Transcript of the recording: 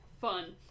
fun